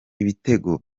ibitego